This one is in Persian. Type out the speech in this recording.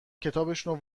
کتابشونو